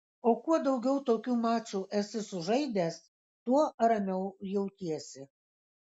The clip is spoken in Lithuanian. o kuo daugiau tokių mačų esi sužaidęs tuo ramiau jautiesi